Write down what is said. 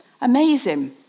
Amazing